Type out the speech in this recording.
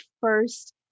first